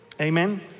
Amen